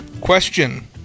Question